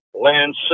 Lance